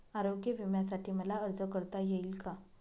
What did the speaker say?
आरोग्य विम्यासाठी मला अर्ज करता येईल का?